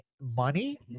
money